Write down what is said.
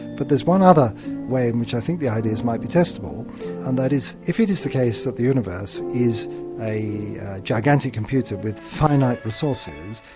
but there's one other way in which i think the ideas might be testable and that is if it is the case that the universe is a gigantic computer with finite resources,